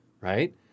right